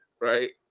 right